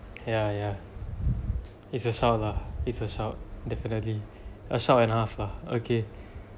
ya ya it's a shout lah it's a shout definitely a shout and a half lah okay